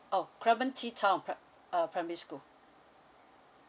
oh clementi town pri~ uh primary school